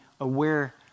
aware